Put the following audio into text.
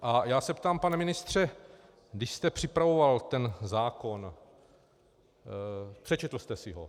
A já se ptám, pane ministře, když jste připravoval ten zákon, přečetl jste si ho?